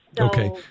Okay